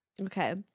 okay